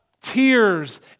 tears